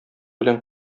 белән